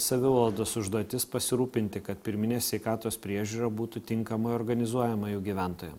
savivaldos užduotis pasirūpinti kad pirminė sveikatos priežiūra būtų tinkama organizuojama jų gyventojų